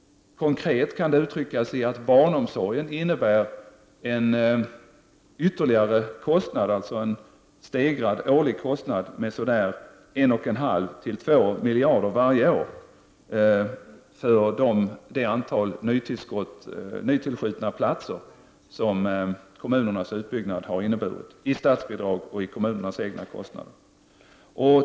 Konkret kan det uttryckas i att barnomsorgen innebär en stegrad årlig kostnad med 1,5—-2 miljarder varje år för det antal nytillskjutna platser som kommunernas utbyggnad har inneburit i statsbidrag och kommunernas egna kostnader.